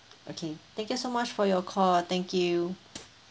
okay thank you so much for your call thank you